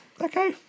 okay